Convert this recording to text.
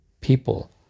people